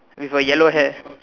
with a yellow hair